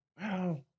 Wow